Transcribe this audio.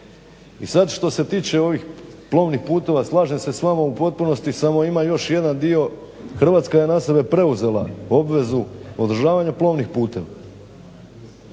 I sad što se tiče ovih plovnih putova slažem se s vama u potpunosti, samo ima još jedan dio. Hrvatska je na sebe preuzela obvezu održavanja plovnih puteva